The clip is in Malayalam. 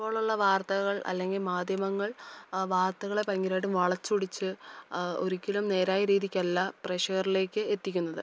ഇപ്പോഴുള്ള വാർത്തകൾ അല്ലെങ്കില് മാധ്യമങ്ങൾ വാർത്തകളെ ഭയങ്കരമായിട്ടും വളച്ചൊടിച്ച് ഒരിക്കലും നേരായ രീതിക്കല്ല പ്രേക്ഷകരിലേക്ക് എത്തിക്കുന്നത്